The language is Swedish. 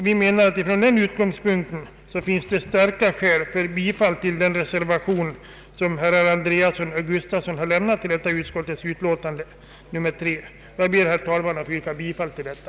Vi menar att från den utgångspunkten finns starka skäl för bifall till den reservation som herrar Andreasson och Gustavsson har fogat till utlåtandet. Jag ber, herr talman, att få yrka bifall till denna.